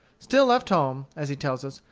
still left home, as he tells us,